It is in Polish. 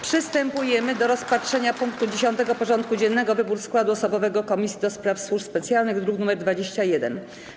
Przystępujemy do rozpatrzenia punktu 10. porządku dziennego: Wybór składu osobowego Komisji do Spraw Służb Specjalnych (druk nr 21)